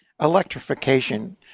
electrification